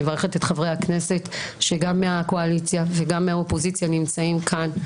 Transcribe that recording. אני מברכת את חברי הכנסת גם מהקואליציה וגם מהאופוזיציה שנמצאים כאן.